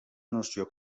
noció